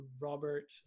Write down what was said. Robert